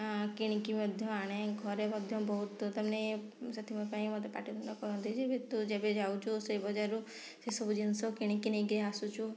କିଣିକି ମଧ୍ୟ ଆଣେ ଘରେ ମଧ୍ୟ ବହୁତ ତା ମାନେ ସେଥି ପାଇଁ ମୋତେ ପାଟି ତୁଣ୍ଡ କରନ୍ତି ଯେବେ ତୁ ଯେବେ ଯାଉଛୁ ସେ ବଜାର ରୁ ସେ ସବୁ ଜିନିଷ କିଣିକି ନେଇକି ଆସୁଛୁ